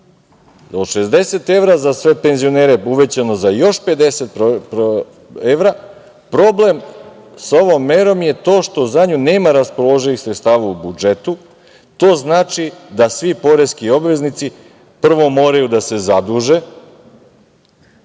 60 evra, za sve penzionere uvećano još za 50 evra. Problem sa ovom merom je to što za nju nema raspoloživih sredstava u budžetu. To znači da svi poreski obveznici prvo moraju da se zaduže,